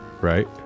right